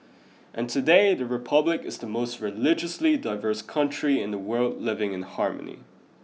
and today the republic is the most religiously diverse country in the world living in harmony